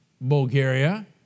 Bulgaria